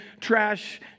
trash